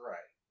Right